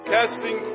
Casting